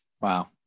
Wow